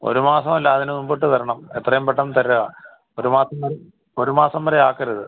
ഒരു മാസമല്ല അതിന് മുമ്പിട്ട് തരണം എത്രയും പെട്ടന്ന് തരാൻ ഒരു മാസം വരെ ഒരു മാസം വരെ ആക്കരുത്